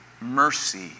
mercy